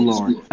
Lord